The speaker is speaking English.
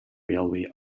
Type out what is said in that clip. railway